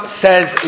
says